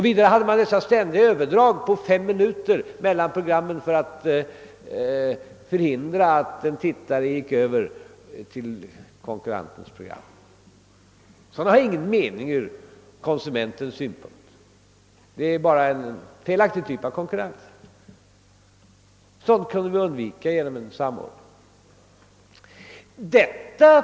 Vidare hade man dessa ständiga överdrag på fem minuter mellan programmen för att förhindra att en tittare gick över till konkurrentens program. Sådant har ingen mening ur konsumen tens synpunkt; det är bara en felaktig typ av konkurrens, och det går att undvika genom en samordning.